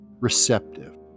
receptive